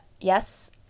Yes